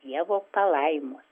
dievo palaimos